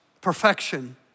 perfection